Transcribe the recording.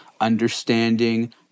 understanding